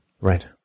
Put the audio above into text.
Right